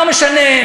לא משנה.